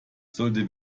sollte